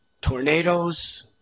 tornadoes